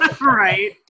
Right